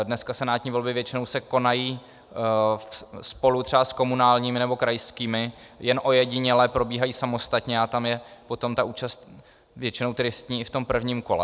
Dneska se senátní volby většinou konají spolu třeba s komunálními nebo krajskými, jen ojediněle probíhají samostatně, a tam je potom účast většinou tristní i v tom prvním kole.